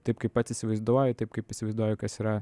taip kaip pats įsivaizduoji taip kaip įsivaizduoju kas yra